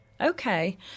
Okay